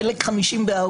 חלק 54,